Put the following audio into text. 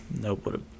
Nope